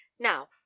Now